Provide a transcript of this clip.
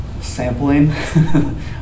sampling